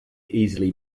easily